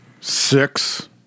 six